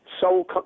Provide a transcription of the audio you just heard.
sole